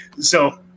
So-